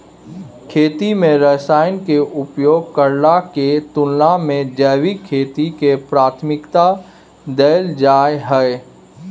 खेती में रसायन के उपयोग करला के तुलना में जैविक खेती के प्राथमिकता दैल जाय हय